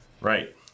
right